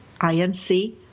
inc